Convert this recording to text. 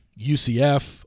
UCF